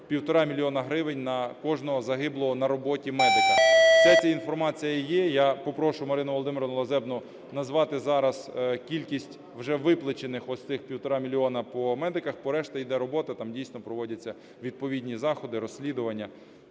півтора мільйона гривень на кожного загиблого на роботі медика. Вся ця інформація є. Я попрошу Марину Володимирівну Лазебну назвати зараз кількість вже виплачених ось з цих півтора мільйона по медиках. По решті йде робота, там, дійсно, проводяться відповідні заходи, розслідування.